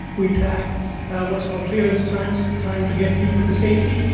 we track what's called clearance times, time to get people to safety.